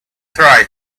tribesman